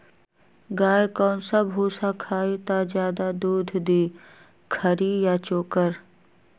गाय कौन सा भूसा खाई त ज्यादा दूध दी खरी या चोकर?